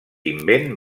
invent